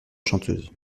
chanteuse